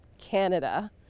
Canada